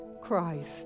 Christ